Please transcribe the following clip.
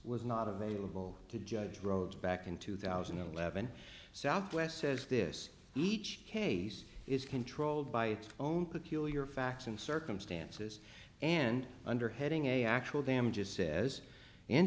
was not available to judge rhodes back in two thousand and eleven southwest says this each case is controlled by its own peculiar facts and circumstances and under heading a actual damages says in